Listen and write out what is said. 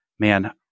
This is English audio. Man